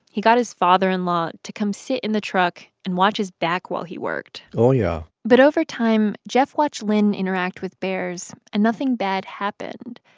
he got his father-in-law to come sit in the truck and watch his back while he worked oh, yeah but over time, jeff watched lynn interact with bears and nothing bad happened.